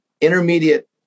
intermediate